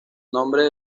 nombres